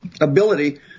ability